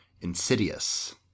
Insidious